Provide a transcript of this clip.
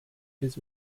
his